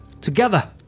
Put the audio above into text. Together